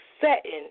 setting